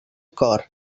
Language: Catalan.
cor